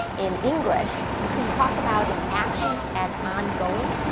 in english, you can talk about an action as ongoing